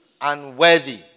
Unworthy